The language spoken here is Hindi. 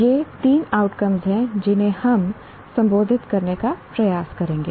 ये 3 आउटकम हैं जिन्हें हम संबोधित करने का प्रयास करेंगे